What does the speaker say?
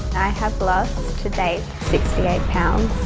have lost to date sixty eight pounds.